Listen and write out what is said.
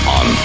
on